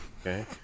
Okay